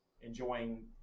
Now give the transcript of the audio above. enjoying